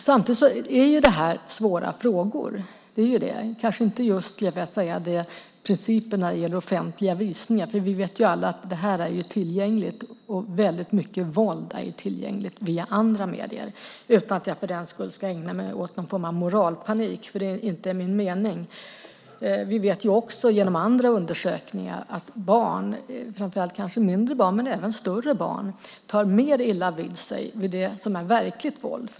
Samtidigt är det här, som sagt, svåra frågor men kanske inte just när det gäller principerna för offentliga visningar. Vi vet ju alla att det här är tillgängligt. Väldigt mycket våld är tillgängligt via andra medier - detta sagt utan att jag för den skull ska ägna mig åt någon form av moralpanik, för det är inte min mening. Genom andra undersökningar vet vi också att barn, kanske framför allt mindre barn men även större barn, tar mer illa vid sig av det som är verkligt våld.